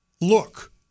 look